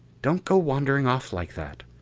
don't go wandering off like that!